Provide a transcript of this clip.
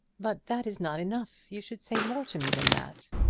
but that is not enough. you should say more to me than that.